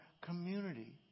community